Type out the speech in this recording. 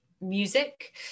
music